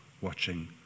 watching